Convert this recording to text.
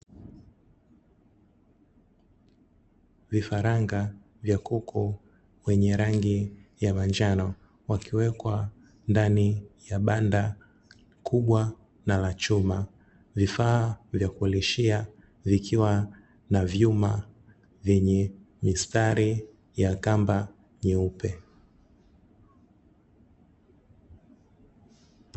Vifaranga vya kuku wenye rangi ya manjano wakiwekwa ndani ya banda kubwa na la chuma vifaa vya kulishia vikiwa na vyuma vyenye mistari ya kamba nyeupe.